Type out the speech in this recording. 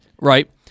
right